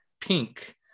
pink